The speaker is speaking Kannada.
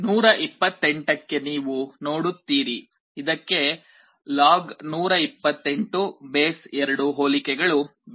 128 ಕ್ಕೆ ನೀವು ನೋಡುತ್ತೀರಿ ಇದಕ್ಕೆ ಲಾಗ್2 128 ಹೋಲಿಕೆಗಳು ಬೇಕಾಗುತ್ತವೆ